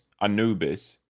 Anubis